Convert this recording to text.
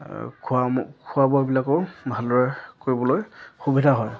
খোৱাসমূহ খোৱা বোৱাবিলাকো ভালদৰে কৰিবলৈ সুবিধা হয়